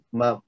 ma